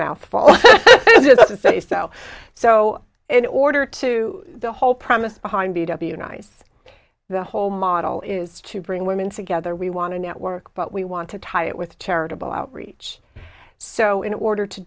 mouthful this is say so so in order to the whole premise behind b w nice the whole model is to bring women together we want to network but we want to tie it with charitable outreach so in order to